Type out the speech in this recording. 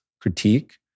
critique